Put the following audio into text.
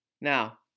Now